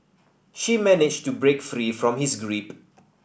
she managed to break free from his grip